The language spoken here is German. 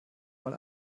mal